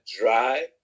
dry